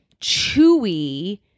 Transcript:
chewy